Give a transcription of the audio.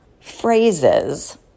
phrases